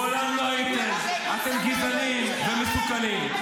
מעולם לא הייתם, אתם גזענים ומסוכנים.